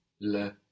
Le